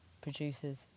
producers